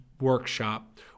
workshop